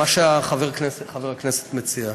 מה שחבר הכנסת מציע.